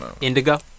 indigo